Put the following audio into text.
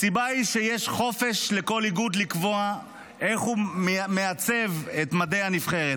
הסיבה היא שיש חופש לכל איגוד לקבוע איך הוא מעצב את מדי הנבחרת.